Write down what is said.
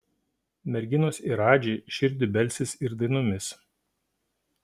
merginos į radži širdį belsis ir dainomis